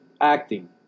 acting